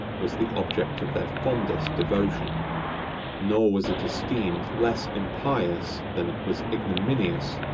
was the object of their fondest devotion nor was it esteemed less impious than it was ignominious,